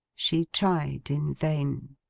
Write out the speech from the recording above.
she tried in vain.